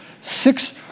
six